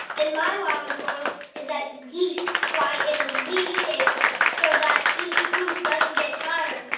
and my wow in the world is that geese fly in a v shape so that each goose doesn't get tired.